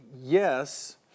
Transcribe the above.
yes